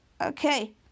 okay